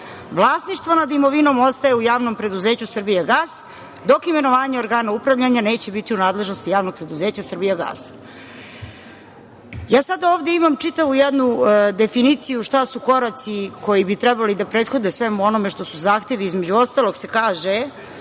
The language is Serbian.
vlasništvo nad imovinom ostaje u Javnom preduzeću „Srbijagas“, dok imenovanje organa upravljanja neće biti u nadležnosti Javnog preduzeća „Srbijagas“.Sada ovde imam čitavu jednu definiciju šta su koraci koji bi trebalo da prethode svemu onome što su zahtevi. Između ostalog se kaže